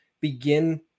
begin